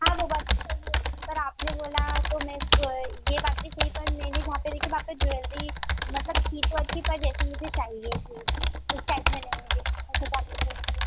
हाँ वह वाले चाहिए पर आपने बोला तो मे को यह बात भी सही पर मैंने जहाँ पर देखी वहाँ पर ज्वेलरी मतलब थी तो अच्छी पर जैसे मुझे चाहिए थी उस टाइप में नहीं मुझे मैंने सोचा आपसे पूछ लूँ